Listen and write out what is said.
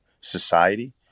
society